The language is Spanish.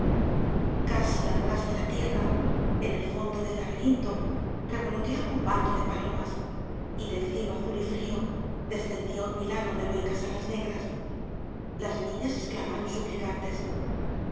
casi al ras de la tierra en el fondo del laberinto revoloteaba un bando de palo mas y del cielo azul y frío descendía un mi lano de luengas alas negras las niñas ex clamaron suplicantes